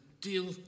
deal